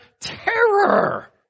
terror